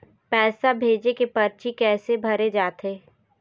पैसा भेजे के परची कैसे भरे जाथे?